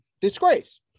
Disgrace